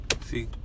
See